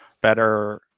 better